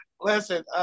listen